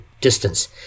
distance